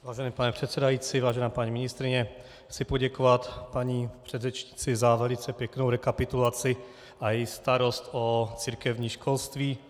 Vážený pane předsedající, vážená paní ministryně, chci poděkovat předřečnici za velice pěknou rekapitulaci a její starost o církevní školství.